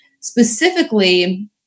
specifically